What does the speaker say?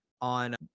on